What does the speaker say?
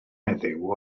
heddiw